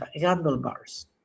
handlebars